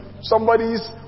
somebody's